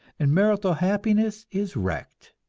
and marital happiness is wrecked.